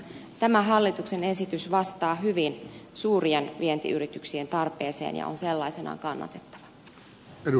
tämä hallituksen esitys vastaa hyvin suurien vientiyrityksien tarpeeseen ja on sellaisenaan kannatettava